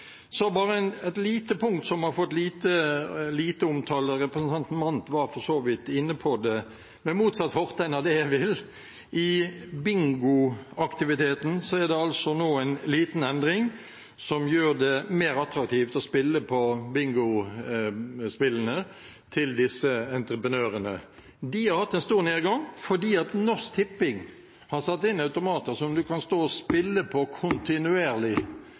Så bare et lite punkt som har fått lite omtale – representanten Mandt var for så vidt inne på det, med motsatt fortegn av det jeg vil – om at i bingoaktiviteten er det nå en liten endring som gjør det mer attraktivt å spille på bingospillene til disse entreprenørene. De har hatt en stor nedgang fordi Norsk Tipping har satt inn automater som du kan stå og spille på kontinuerlig,